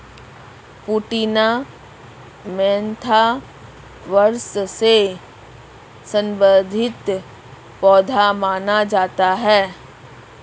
पुदीना मेंथा वंश से संबंधित पौधा माना जाता है